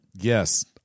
Yes